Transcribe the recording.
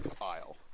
aisle